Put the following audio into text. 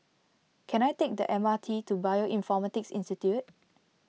can I take the M R T to Bioinformatics Institute